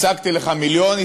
השגתי לך מיליון,